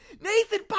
Nathan